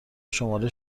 شماره